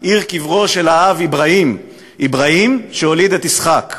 עיר קברו של האב אברהים / אברהים שהוליד את איסחק.